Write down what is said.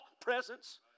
presence